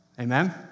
Amen